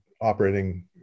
operating